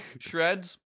Shreds